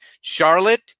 Charlotte